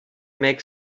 make